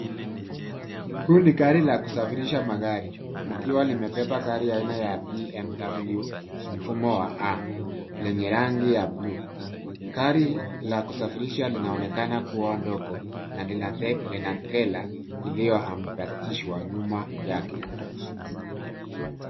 Huu ni gari la kusafirisha magari likiwa limebeba gari aina ya BMW mfumo wa A lenye rangi ya bluu. Gari la kusafirisha linaonekana kuwa ndogo na lina trela iliyoambatishwa nyuma yake.